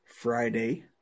Friday